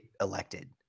elected